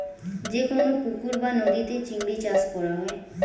যে কোন পুকুর বা নদীতে চিংড়ি চাষ করা হয়